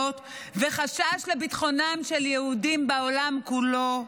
וחשש לביטחונם של יהודים בעולם כולו,